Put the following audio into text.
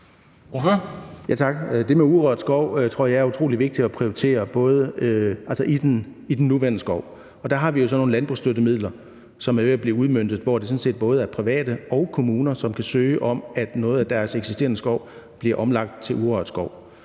Det med urørt skov tror jeg er utrolig vigtigt at prioritere i den nuværende skov. Der har vi jo så nogle landbrugsstøttemidler, som er ved at blive udmøntet, hvor det sådan set både er private og kommuner, som kan søge om, at noget af deres eksisterende skov bliver omlagt til urørt skov.